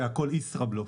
זה הכול ישראבלוף.